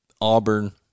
Auburn